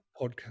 podcast